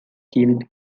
killed